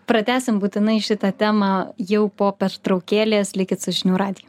pratęsim būtinai šitą temą jau po pertraukėlės likit su žinių radiju